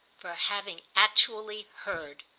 for having actually heard.